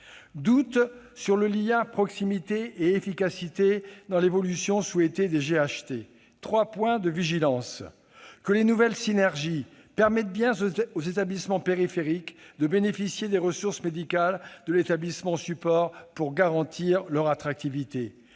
doute sur le lien entre proximité et efficacité dans l'évolution souhaitée des GHT. J'insiste sur trois points de vigilance. D'abord, il faut que les nouvelles synergies permettent bien aux établissements périphériques de bénéficier des ressources médicales de l'établissement support pour garantir leur attractivité